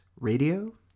Radio